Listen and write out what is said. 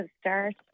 start